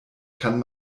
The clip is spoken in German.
kann